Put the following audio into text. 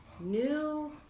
new